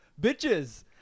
bitches